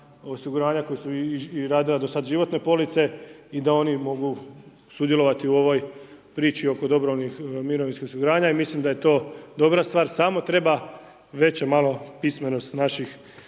koja su i radila do sad životne police i da oni mogu sudjelovati u ovoj priči oko dobrovoljnih mirovinskih osiguranja i mislim da je to dobra stvar, samo treba veće malo pismenost naših